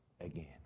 again